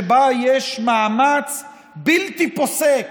שבה יש מאמץ בלתי פוסק